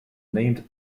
named